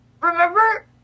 remember